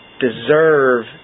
deserve